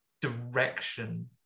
direction